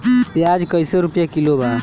प्याज कइसे रुपया किलो बा?